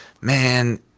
man